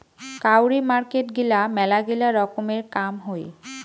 কাউরি মার্কেট গিলা মেলাগিলা রকমের কাম হই